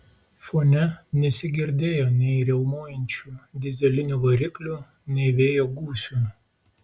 fone nesigirdėjo nei riaumojančių dyzelinių variklių nei vėjo gūsių